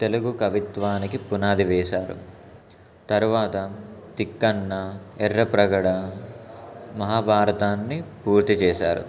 తెలుగు కవిత్వానికి పునాది వేశారు తరువాత తిక్కన్న ఎర్రాప్రగడ మహాభారతాన్ని పూర్తి చేశారు